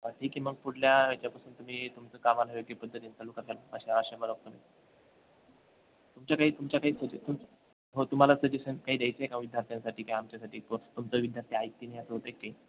हां ठीक आहे मग पुढल्या याच्यापासून तुम्ही तुमचं काम ह्या पद्धतीनं चालू कराल अशी आशा बाळगतो मी तुमच्या काही तुमच्या काही म्हणजे तुम हो तुम्हाला सजेशन काही द्यायचं आहे का विद्यार्थ्यांसाठी किंवा आमच्यासाठी किंवा तुमचं विद्यार्थी ऐकत नाही असं होते आहे काही